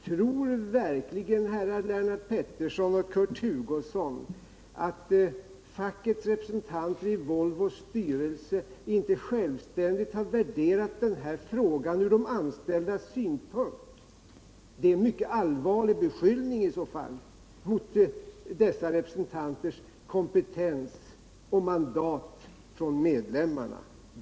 Tror verkligen herrar Lennart Pettersson och Kurt Hugosson att fackets representanter i Volvos styrelse inte självständigt har värderat den här frågan ur de anställdas synpunkt? Det är i så fall en mycket allvarlig beskyllning mot dessa representanters kompetens och mandat från medlemmarna.